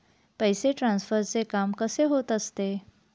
पैसे ट्रान्सफरचे काम कसे होत असते?